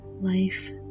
life